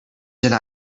deny